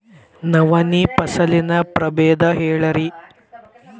ನವಣಿ ಫಸಲಿನ ಪ್ರಭೇದ ಹೇಳಿರಿ